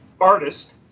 artist